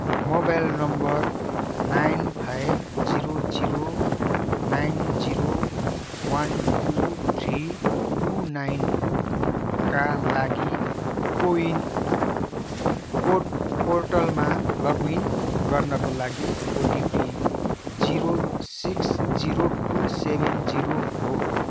mobile number nine five zero zero nine zero one two three two nine का लागि CoWIN पोर्टलमा login गर्नका लागि OTP zero six zero two seven zero हो